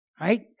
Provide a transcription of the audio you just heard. right